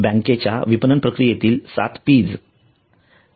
बँकेच्या विपणन प्रक्रियेतील 7 Ps